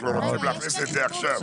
אנחנו רוצים להכניס את זה עכשיו.